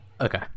Okay